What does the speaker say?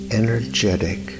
energetic